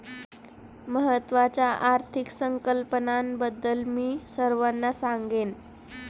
महत्त्वाच्या आर्थिक संकल्पनांबद्दल मी सर्वांना सांगेन